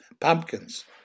pumpkins